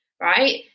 right